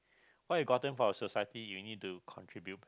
what you gotten from the society you need to contribute